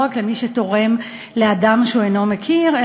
לא רק למי שתורם לאדם שהוא אינו מכיר,